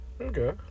Okay